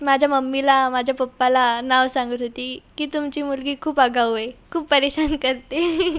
माझ्या मम्मीला माझ्या पप्पाला नाव सांगत होती की तुमची मुलगी खूप आगाऊ आहे खूप परेशान करते